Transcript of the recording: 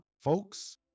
folks